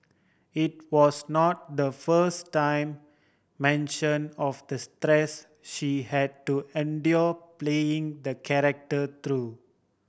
it was not the first time mention of the stress she had to endure playing the character through